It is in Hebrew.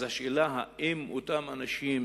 אז השאלה היא אם אותם אנשים,